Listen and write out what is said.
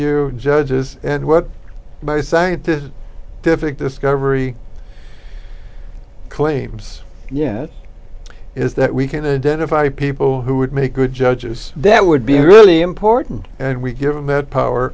you judges and what by scientists to fix discovery claims yet is that we can identify people who would make good judges that would be really important and we give them had power